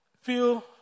feel